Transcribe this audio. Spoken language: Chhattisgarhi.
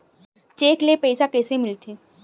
चेक ले पईसा कइसे मिलथे?